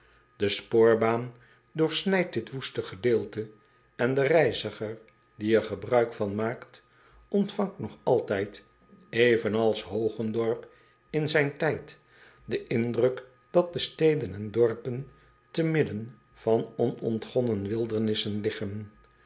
e spoorbaan doorsnijdt dit woeste gedeelte en de reiziger die er gebruik van maakt ontvangt nog altijd evenals ogendorp in zijn tijd den indruk dat de steden en dorpen te midden van onontgonnen wildernissen liggen